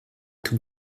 tout